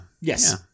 Yes